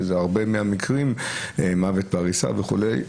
שזה הרבה מהמקרים מוות בעריסה וכו'.